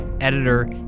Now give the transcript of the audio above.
editor